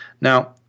Now